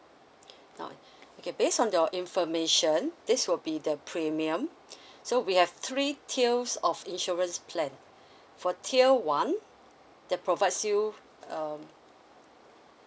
now okay based on your information this will be the premium so we have three tiers of insurance plan for tier one that provides you um